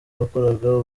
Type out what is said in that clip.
bakoraga